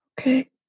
Okay